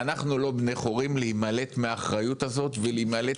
אנחנו לא בני חורין להימלט מהאחריות הזאת ולהימלט